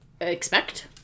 expect